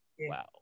wow